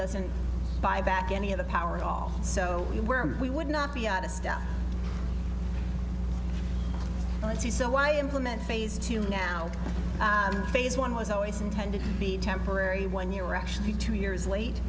doesn't buy back any of the power at all so we were we would not be out of step i see so why implement phase two now phase one was always intended to be temporary when you are actually two years late